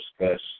discuss